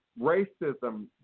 racism